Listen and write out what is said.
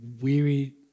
weary